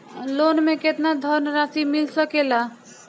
Loan मे केतना धनराशी मिल सकेला?